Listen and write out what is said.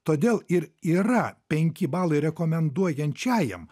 todėl ir yra penki balai rekomenduojančiajam